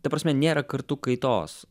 ta prasme nėra kartų kaitos